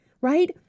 right